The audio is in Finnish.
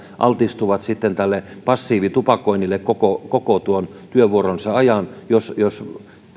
altistuvat sitten tälle passiivitupakoinnille koko koko tuon työvuoronsa ajan jos jos